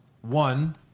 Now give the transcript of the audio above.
One